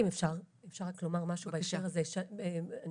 אם אפשר רק לומר משהו בהקשר הזה: אני